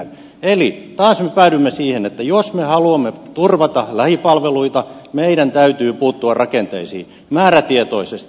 eli taas me päädymme siihen että jos me haluamme turvata lähipalveluita meidän täytyy puuttua rakenteisiin määrätietoisesti